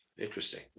Interesting